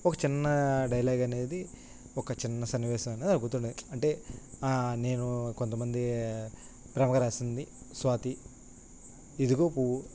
ఒక చిన్న డైలాగ్ అనేది ఒక చిన్న సన్నివేశం అనేది నాకు గుర్తుండేది అంటే నేను కొంతమంది ప్రేమగా రాసింది స్వాతి ఇదిగో పువ్వు